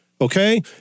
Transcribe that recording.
okay